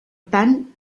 tant